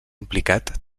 implicat